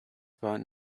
about